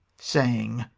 saying,